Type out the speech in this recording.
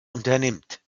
unternimmt